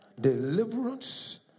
deliverance